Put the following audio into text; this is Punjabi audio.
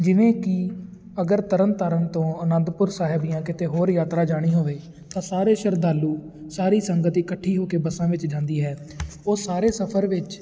ਜਿਵੇਂ ਕਿ ਅਗਰ ਤਰਨਤਾਰਨ ਤੋਂ ਅਨੰਦਪੁਰ ਸਾਹਿਬ ਜਾਂ ਕਿਤੇ ਹੋਰ ਯਾਤਰਾ ਜਾਣੀ ਹੋਵੇ ਤਾਂ ਸਾਰੇ ਸ਼ਰਧਾਲੂ ਸਾਰੀ ਸੰਗਤ ਇਕੱਠੀ ਹੋ ਕੇ ਬੱਸਾਂ ਵਿੱਚ ਜਾਂਦੀ ਹੈ ਉਹ ਸਾਰੇ ਸਫਰ ਵਿੱਚ